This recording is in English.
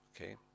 Okay